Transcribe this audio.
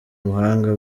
ubuhanga